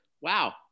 wow